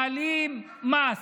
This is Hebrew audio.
מעלים מס.